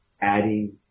adding